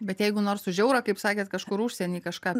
bet jeigu nors už eurą kaip sakėt kažkur užsieny kažką